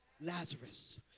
Lazarus